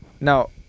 now